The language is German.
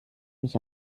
mich